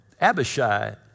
Abishai